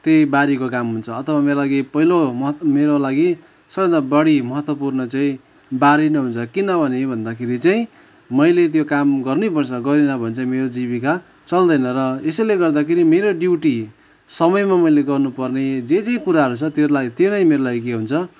त्यही बारीको काम हुन्छ अथवा मेरो लागि पहिलो महत मेरो लागि सबैभन्दा बढी महत्त्वपूर्ण चाहिँ बारी नै हुन्छ किनभने यो भन्दाखेरि चाहिँ मैले त्यो काम गर्नैपर्छ गरिनँ भने चाहिँ मेरो जीविका चल्दैन र यसैले गर्दाखेरि मेरो ड्युटी समयमा मैले गर्नुपर्ने जे जे कुराहरू छ त्यसलाई त्यो नै मेरो लागि के हुन्छ